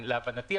להבנתי,